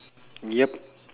yup